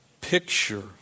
picture